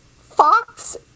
Fox